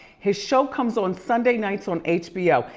his show comes on sunday nights on hbo.